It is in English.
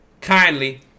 Kindly